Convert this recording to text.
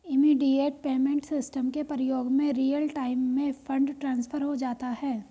immediate payment system के प्रयोग से रियल टाइम में फंड ट्रांसफर हो जाता है